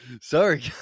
sorry